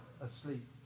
asleep